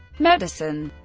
medicine